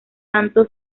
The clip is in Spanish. santo